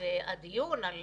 והדיון על